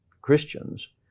Christians